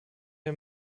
ein